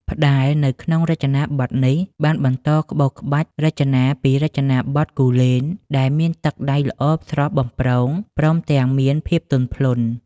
ផ្តែរ នៅក្នុងរចនាបថនេះ បានបន្តក្បូរក្បាច់រចនាពីរចនាបថគូលែនដែលមាន ទឹកដៃល្អស្រស់បំព្រង ព្រមទាំងមានភាពទន់ភ្លន់។